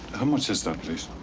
how much is that, please?